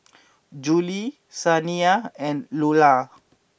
Juli Saniyah and Lular